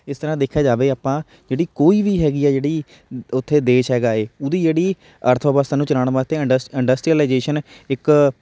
ਇਸ ਤਰ੍ਹਾਂ ਦੇਖਿਆ ਜਾਵੇ ਆਪਾਂ ਜਿਹੜੀ ਕੋਈ ਵੀ ਹੈਗੀ ਹੈ ਜਿਹੜੀ ਉੱਥੇ ਦੇਸ਼ ਹੈਗਾ ਹੈ ਉਹਦੀ ਜਿਹੜੀ ਅਰਥ ਵਿਵਸਥਾ ਨੂੰ ਚਲਾਉਣ ਵਾਸਤੇ ਇੰਡਸ ਇੰਡਸਟਰੀਲਾਈਜੇਸ਼ਨ ਇੱਕ